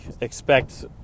expect